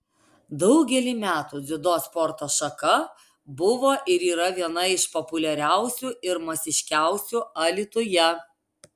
daugelį metų dziudo sporto šaka buvo ir yra viena iš populiariausių ir masiškiausių alytuje